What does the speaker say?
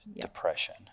depression